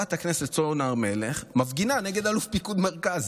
שחברת הכנסת לימור סון הר מלך מפגינה נגד אלוף פיקוד מרכז.